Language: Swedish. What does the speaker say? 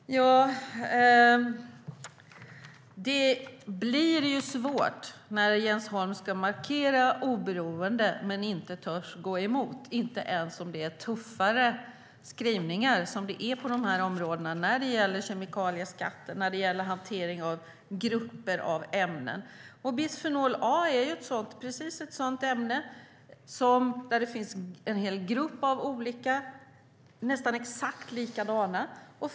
Fru talman! Det blir ju svårt när Jens Holm ska markera oberoendet, men inte törs gå emot, inte ens om det är tuffare skrivningar som vi har på dessa områden när det gäller kemikalieskatt och hantering av grupper av ämnen. Bisfenol A är ett sådant ämne där det ingår en hel grupp av olika, nästan exakt likadana ämnen.